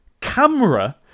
camera